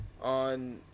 on